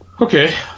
Okay